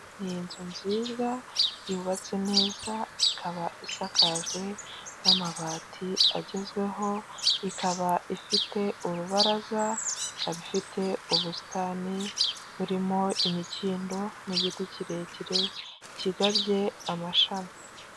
Ni inzu nziza yubatse neza, ikaba isakajwe n'amabati agezweho, ikaba ifite urubaraza, ikabifite ubusitani burimo imikindo n'igiti kirekire kigabye amashami.